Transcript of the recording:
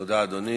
תודה, אדוני.